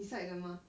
decide 了 mah